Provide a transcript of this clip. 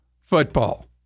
football